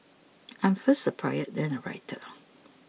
I am first a poet then a writer